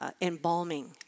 embalming